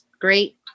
Great